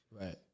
Right